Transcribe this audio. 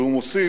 והוא מוסיף: